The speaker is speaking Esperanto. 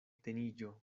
teniĝo